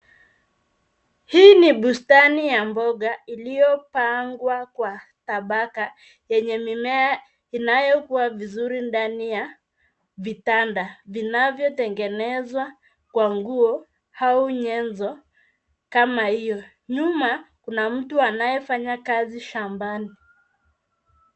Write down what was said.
Hii ni bustani ya mboga iliyopangwa kwa tabaka, yenye mimea inayokua vizuri ndani ya vitanda. Vitanda hivi vimetengenezwa kwa nguo au vifaa kama hivyo. Nyuma, kuna mtu anayefanya kazi shambani.